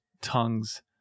tongues